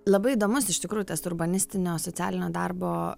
labai įdomus iš tikrųjų tas urbanistinio socialinio darbo